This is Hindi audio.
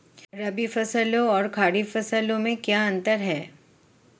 रबी फसलों और खरीफ फसलों में क्या अंतर है?